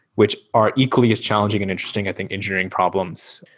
which are equally as challenging and interesting i think engineering problems,